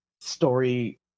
story